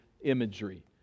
imagery